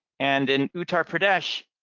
and in uttar pradesh